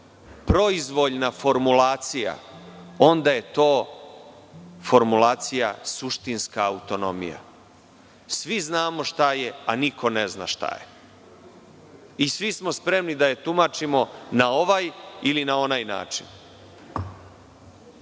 proizvoljna formulacija, onda je to formulacija suštinska autonomija. Svi znamo šta je, a niko ne zna šta je i svi smo spremni da je tumačimo na ovaj ili onaj način.Zašto